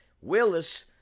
Willis